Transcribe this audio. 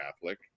Catholic